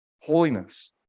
holiness